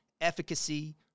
Efficacy